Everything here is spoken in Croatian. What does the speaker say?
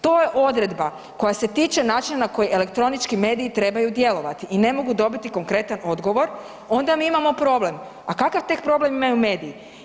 To je odredba koja se tiče način na koji elektronički mediji trebaju djelovati i ne mogu dobiti konkretan odgovor onda mi imamo problem, a kakav tek problem imaju mediji.